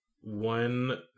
One